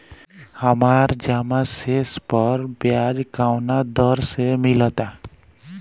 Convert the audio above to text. हमार जमा शेष पर ब्याज कवना दर से मिल ता?